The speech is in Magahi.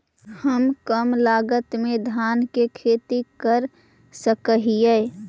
हम कम लागत में धान के खेती कर सकहिय?